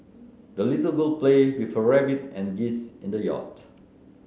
the little girl played before rabbit and geese in the yard